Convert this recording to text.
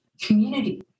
community